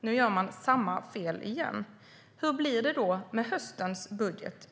Nu gör man samma fel igen. Hur blir det med höstens budget?